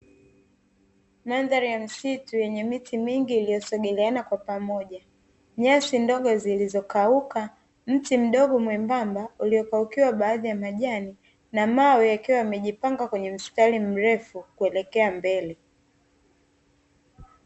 Mandhari ya msitu yenye miti mingi iliyosogeleana kwa pamoja. Nyasi ndogo zilizokauka, mti mdogo mwembamba uliokaukiwa baadhi ya majani na mawe yakiwa yamejipanga kwenye mstari mrefu kuelekea mbele.